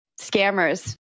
scammers